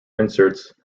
inserts